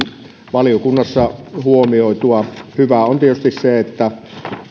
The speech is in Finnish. valiokunnassa huomioitua hyvää on tietysti se että